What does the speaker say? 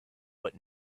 what